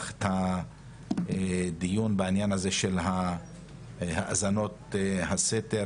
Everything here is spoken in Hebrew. את הדיון בעניין הזה של האזנות הסתר,